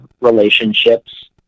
relationships